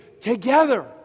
together